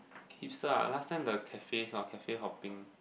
hipster ah last time the cafes orh cafe hopping